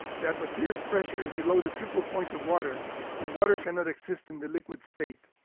the atmospheric pressure is below the triple point of water and water cannot exist in the liquid state.